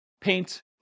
paint